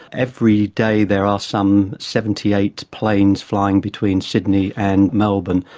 every day there are some seventy eight planes flying between sydney and melbourne.